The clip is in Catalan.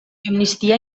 amnistia